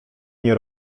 nie